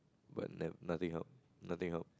but nut nothing help nothing help